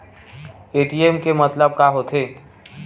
ATM के मतलब का होथे?